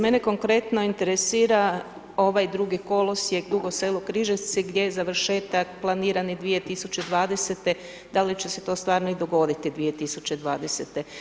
Mene konkretno interesira ovaj drugi kolosijek Dugo Selo-Križevci, gdje je završetak planiran 2020., da li će to stvarno i dogoditi 2020.